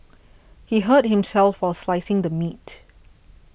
he hurt himself while slicing the meat